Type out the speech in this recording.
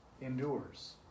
endures